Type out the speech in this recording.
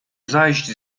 zajść